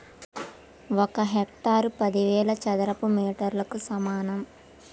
ఒక హెక్టారు పదివేల చదరపు మీటర్లకు సమానం